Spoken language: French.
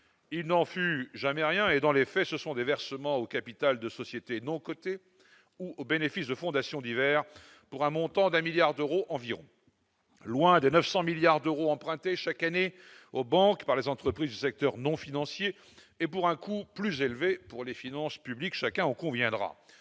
Il n'en fut jamais rien. Dans les faits, ce sont des versements au capital de sociétés non cotées, ou au bénéfice de fondations diverses, pour un montant de 1 milliard d'euros environ. Loin, donc des 900 milliards d'euros empruntés chaque année aux banques par les entreprises du secteur non financier et pour un coût plus élevé pour les finances publiques, chacun en conviendra.